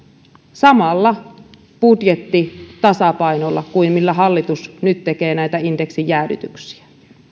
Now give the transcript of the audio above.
samalla budjettitasapainolla kuin millä hallitus nyt tekee näitä indeksijäädytyksiä